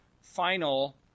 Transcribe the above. final